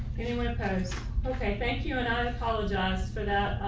anyone. um kind of okay, thank you and i apologize for that.